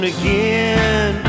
again